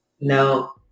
No